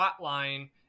hotline